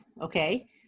okay